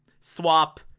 swap